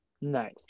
Nice